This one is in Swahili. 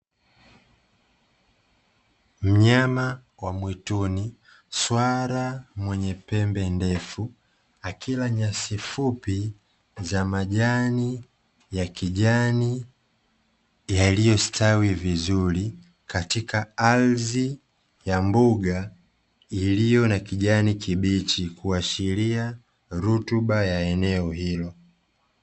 Mnyama wa mwituni, swala mwenye pembe ndefu, akila nyasi fupi za majani ya kijani yaliyostawi vizuri katika ardhi ya mbuga iliyo na kijani kibichi, kuashiria rutuba ya eneo hilo.